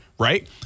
Right